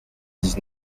dix